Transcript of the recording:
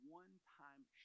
one-time